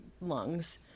lungs